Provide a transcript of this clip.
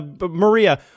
Maria